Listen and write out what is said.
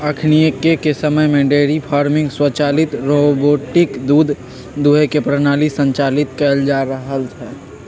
अखनिके समय में डेयरी फार्मिंग स्वचालित रोबोटिक दूध दूहे के प्रणाली संचालित कएल जा रहल हइ